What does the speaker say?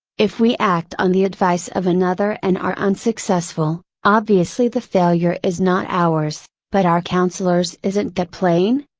if we act on the advice of another and are unsuccessful, obviously the failure is not ours, but our counselor's isn't that plain?